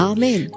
Amen